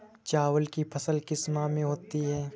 चावल की फसल किस माह में होती है?